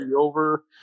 over